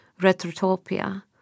retrotopia